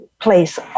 place